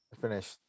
finish